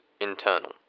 internal